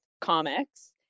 comics